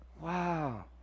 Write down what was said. Wow